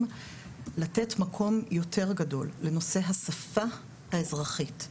לתת מקום יותר גדול לנושא השפה האזרחית,